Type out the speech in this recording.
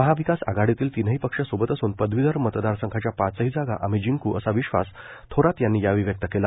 महाविकास आघाडीतील तीनही पक्ष सोबत असून पदवीधर मतदार संघाच्या पाचही जागा आम्ही जिंकू असा विश्वास थोरात यांनी यावेळी व्यक्त केला